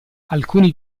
alcuni